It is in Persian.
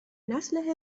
نسل